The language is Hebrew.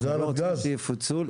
אנחנו לא רצינו שיפוצל.